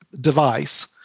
device